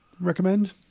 Recommend